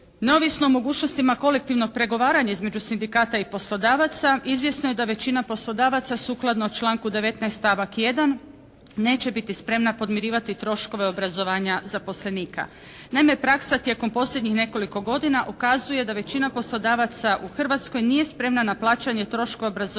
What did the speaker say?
Neovisno o mogućnostima kolektivnog pregovaranja između sindikata i poslodavaca izvjesno je da većina poslodavaca sukladno članku 19. stavak 1. neće biti spremna podmirivati troškove obrazovanja zaposlenika. Naime, praksa tijekom posljednjih nekoliko godina ukazuje da većina poslodavaca u Hrvatskoj nije spremna na plaćanje troškova obrazovanja svojih zaposlenika